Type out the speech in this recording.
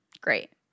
great